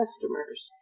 customers